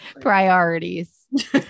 priorities